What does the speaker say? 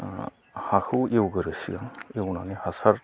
हाखौ एवगोरोसो एवनानै हासार